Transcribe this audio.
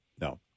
No